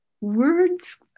Words